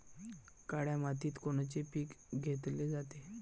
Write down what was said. काळ्या मातीत कोनचे पिकं घेतले जाते?